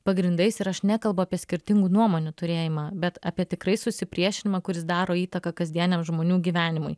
pagrindais ir aš nekalbu apie skirtingų nuomonių turėjimą bet apie tikrai susipriešinimą kuris daro įtaką kasdieniam žmonių gyvenimui